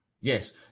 Yes